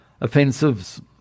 Offensives